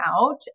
out